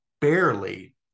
barely